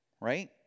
right